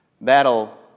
that'll